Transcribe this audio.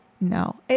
No